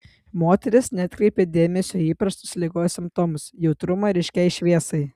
moteris neatkreipė dėmesio į įprastus ligos simptomus jautrumą ryškiai šviesai